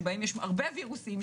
שיש הרבה וירוסים,